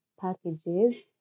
packages